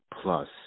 plus